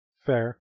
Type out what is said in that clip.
Fair